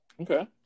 Okay